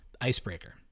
Icebreaker